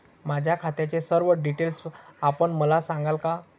माझ्या खात्याचे सर्व डिटेल्स आपण मला सांगाल का?